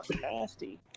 nasty